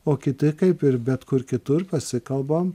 o kiti kaip ir bet kur kitur pasikalbam